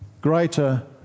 greater